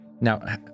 Now